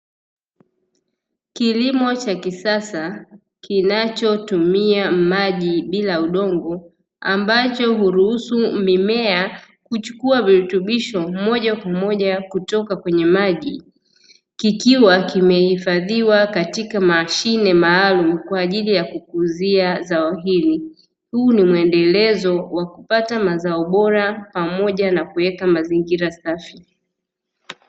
Kilimo cha kisasa kinachotumia maji bila udongo ambacho huruhusu mimea kuchukua virutubisho moja kwa moja kutoka kwenye maji, kikiwa kimehifadhiwa katika mashine maalumu kwa ajili ya kukuzia zao hili. Huu ni mwendelezo wa kupata mazao bora pamoja na kuweka mazingira safi.